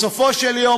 בסופו של יום,